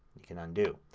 you can undo.